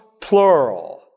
plural